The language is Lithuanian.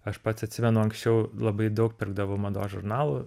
aš pats atsimenu anksčiau labai daug pirkdavau mados žurnalų